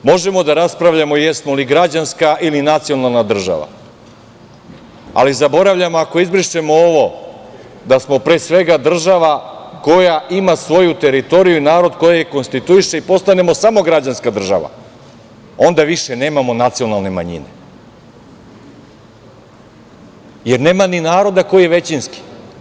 Možemo da raspravljamo jesmo li građanska ili nacionalna država, ali zaboravljamo ako izbrišemo ovo, da smo pre svega država koja ima svoju teritoriju i narod koji je konstituiše i postanemo samo građanska država, onda više nemamo nacionalne manjine, jer nema ni naroda koji je većinski.